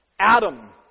Adam